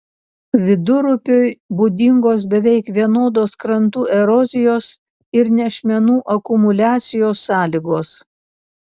vidurupiui būdingos beveik vienodos krantų erozijos ir nešmenų akumuliacijos sąlygos